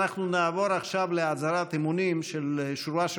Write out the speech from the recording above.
אנחנו נעבור עכשיו להצהרת אמונים של שורה של